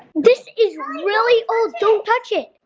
this is really old don't touch it.